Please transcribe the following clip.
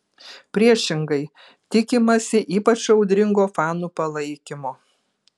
priešingai tikimasi ypač audringo fanų palaikymo